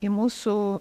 į mūsų